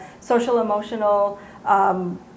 social-emotional